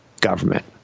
government